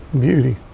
Beauty